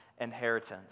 inheritance